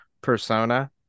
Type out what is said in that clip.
persona